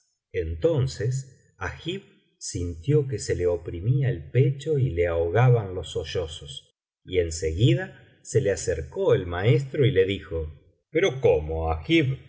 entonces agib sintió que se le oprimía el pecho y le ahogaban los sollozos y en seguida se le acercó el maestro y le dijo pero cómo agib